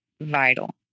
vital